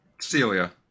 Celia